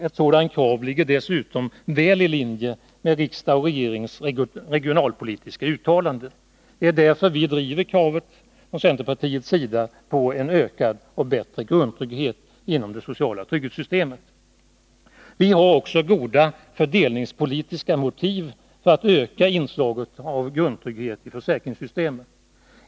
Ett sådant krav ligger dessutom väl i linje med riksdagens och regeringens regionalpolitiska uttalanden. Det är därför vi från centerpartiets sida driver kravet på en bättre grundtrygghet inom det sociala trygghetssystemet. Vi har också goda fördelningspolitiska motiv för att öka inslaget av grundtrygghet i försäkringssystemet.